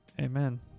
Amen